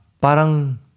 parang